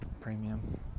premium